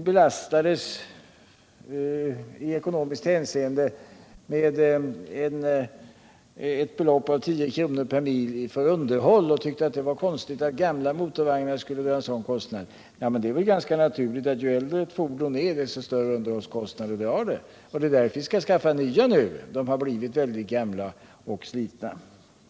belastar ekonomin genom att de kostar 10 kr. per mil i underhåll — hon tyckte det var konstigt att gamla motorvagnar skulle dra en sådan kostnad. Det är väl ganska naturligt; ju äldre ett fordon är desto större blir underhållskostnaderna. Det är därför vi skall skaffa nya nu — de som vi har har blivit väldigt gamla och slitna.